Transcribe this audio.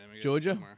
Georgia